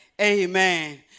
Amen